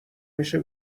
میشه